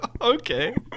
Okay